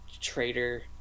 traitor